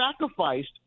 sacrificed